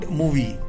movie